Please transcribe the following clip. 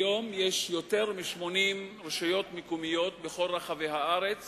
כיום יש יותר מ-80 רשויות מקומיות בכל רחבי הארץ